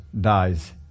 dies